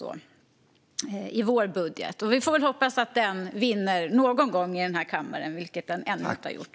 Vi får väl hoppas att vår budget vinner någon gång i den här kammaren, vilket den ännu inte har gjort.